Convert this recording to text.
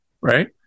right